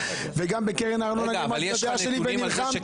וגם בקרן הארנונה אמרתי את הדעה שלי ונלחמתי,